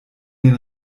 den